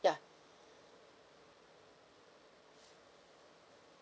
yeah